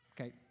Okay